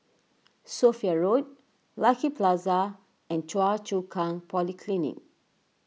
Sophia Road Lucky Plaza and Choa Chu Kang Polyclinic